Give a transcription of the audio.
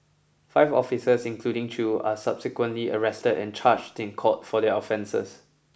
five officers including Chew are subsequently arrested and charged in court for their offences